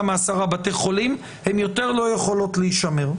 מעשרה בתי חולים הן יותר לא יכולות להישמר.